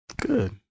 Good